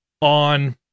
on